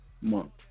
Month